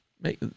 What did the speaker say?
Make